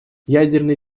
ядерный